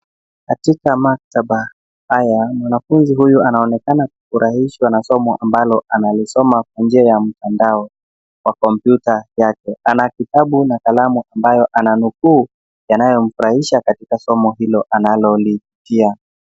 Katika maktaba haya mwanafunzi huyu anaonekana akifurahishwa na somo ambalo analisoma kwa njia ya mtandao kwa komputa yake anakitabu na kalamu ambayo ananukuu yanayomfurahisha katika somo hilo analolipitia.